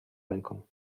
ręką